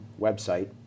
website